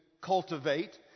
cultivate